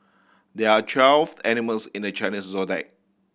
there are twelve animals in the Chinese Zodiac